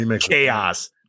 chaos